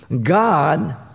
God